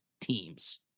teams